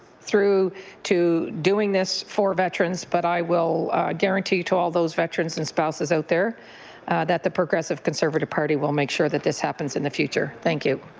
through to doing this for veterans, but i will guarantee to all those veterans and spouses ands out there that the progressive conservative party will make sure that this happens in the future. thank you.